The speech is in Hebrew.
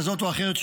כזאת או אחרת,